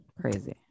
Crazy